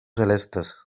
celestes